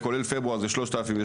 כולל חודש פברואר המספר הוא 3,008,